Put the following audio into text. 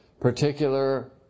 particular